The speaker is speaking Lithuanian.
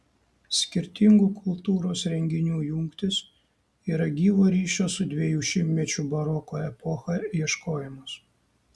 skirtingų kultūros renginių jungtys yra gyvo ryšio su dviejų šimtmečių baroko epocha ieškojimas